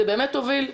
זה באמת הוביל.